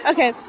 Okay